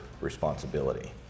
responsibility